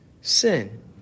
sin